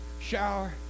shower